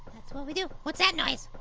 what we do, what's that noise?